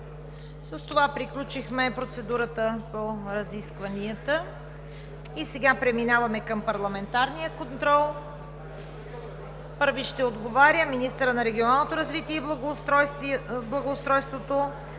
С това приключихме процедурата по разискванията. Преминаваме към парламентарен контрол. Първи ще отговаря министърът на регионалното развитие и благоустройството